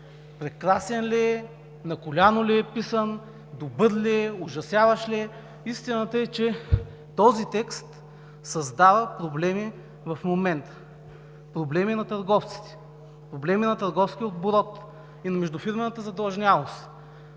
прекрасен ли е, на коляно ли е писан, добър ли е, ужасяващ ли е? Истината е, че този текст създава проблеми в момента, проблеми на търговците, проблеми на търговския оборот и на междуфирмената задлъжнялост.